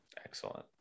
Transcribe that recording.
Excellent